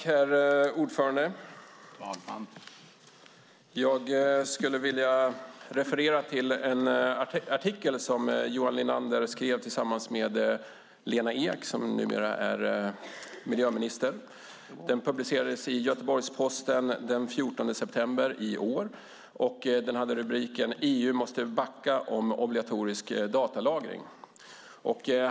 Herr talman! Jag ska referera till en artikel som Johan Linander skrev tillsammans med Lena Ek, som numera är miljöminister. Den publicerades i Göteborgsposten den 14 september i år och hade rubriken "EU måste backa om obligatorisk datalagring".